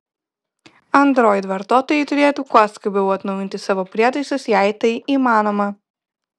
android vartotojai turėtų kuo skubiau atnaujinti savo prietaisus jei tai įmanoma